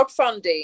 crowdfunding